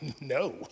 no